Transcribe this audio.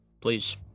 Please